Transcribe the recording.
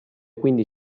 quindi